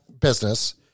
business